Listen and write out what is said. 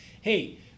hey